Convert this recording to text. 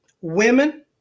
women